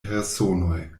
personoj